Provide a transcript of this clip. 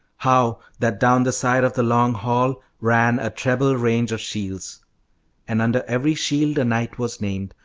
how that down the side of the long hall ran a treble range of shields and under every shield a knight was named,